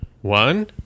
One